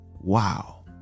Wow